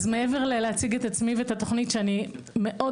מעבר להציג את עצמי ואת התוכנית שאני מאוד